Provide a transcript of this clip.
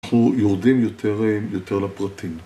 אנחנו יורדים יותר לפרטים